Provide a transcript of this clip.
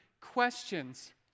questions